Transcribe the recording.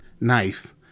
knife